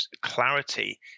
clarity